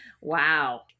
Wow